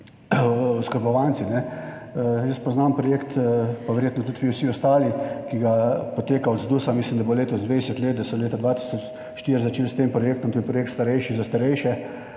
oskrbovanci, jaz poznam projekt, pa verjetno tudi vi vsi ostali, ki ga, poteka, od ZDUS, mislim, da bo letos 20 let, da so leta 2004 začeli s tem projektom, to je projekt starejši za starejše,